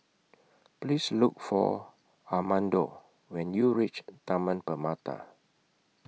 Please Look For Armando when YOU REACH Taman Permata